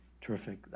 Terrific